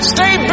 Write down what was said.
Stay